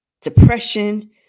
depression